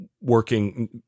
working